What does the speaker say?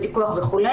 פיקוח וכו',